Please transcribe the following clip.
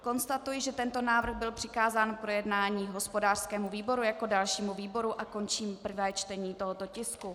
Konstatuji, že tento návrh byl přikázán k projednání hospodářskému výboru jako dalšímu výboru, a končím prvé čtení tohoto tisku.